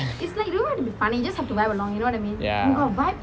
ya